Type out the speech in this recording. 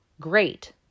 great